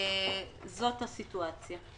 זאת הסיטואציה.